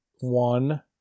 one